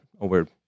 over